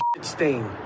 stain